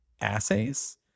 assays